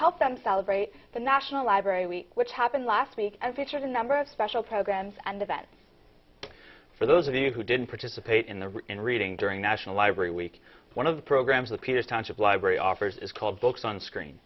help them celebrate the national library week which happened last week as featured a number of special programs and events for those of you who didn't participate in the in reading during national library week one of the programs appears township library offers is called books on screen